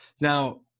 now